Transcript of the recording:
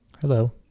Hello